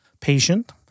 patient